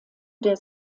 der